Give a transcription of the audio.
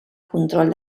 control